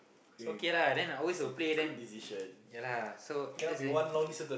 so okay lah and then I always will play then ya lah so as in